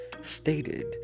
stated